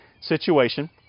situation